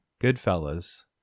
Goodfellas